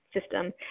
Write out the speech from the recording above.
system